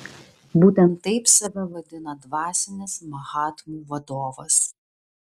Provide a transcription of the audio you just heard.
būtent taip save vadina dvasinis mahatmų vadovas